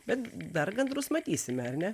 bet dar gandrus matysime ar ne